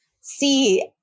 see